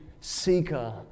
seeker